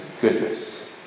goodness